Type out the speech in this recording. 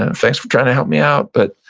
and thanks for trying to help me out, but,